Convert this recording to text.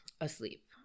asleep